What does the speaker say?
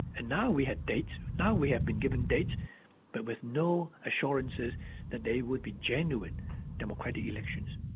and now we have dates, now we have been given dates but with no assurances that they will be genuine democratic elections.